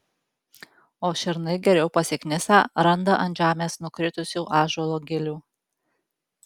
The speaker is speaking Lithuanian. o šernai geriau pasiknisę randa ant žemės nukritusių ąžuolo gilių